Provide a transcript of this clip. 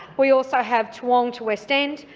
we also have toowong to west end,